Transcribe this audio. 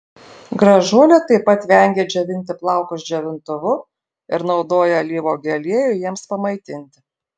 gražuolė taip pat vengia džiovinti plaukus džiovintuvu ir naudoja alyvuogių aliejų jiems pamaitinti